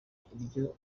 iryo